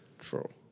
True